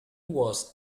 was